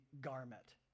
garment